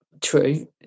true